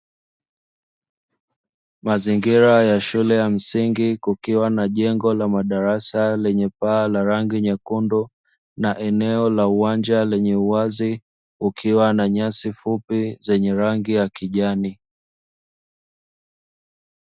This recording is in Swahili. Mazingira ya shule ya msingi kukiwa na jengo la madarasa lenye paa la rangi nyekundu na eneo la uwanja lenye uwazi kukiwa na nyasi fupi zenye rangi ya kijani.